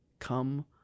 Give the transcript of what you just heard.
Come